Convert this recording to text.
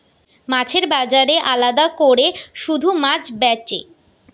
মাছের বাজারে আলাদা কোরে শুধু মাছ বেচে